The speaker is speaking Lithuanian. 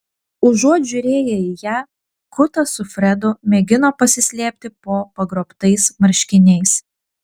užuot žiūrėję į ją kutas su fredu mėgino pasislėpti po pagrobtais marškiniais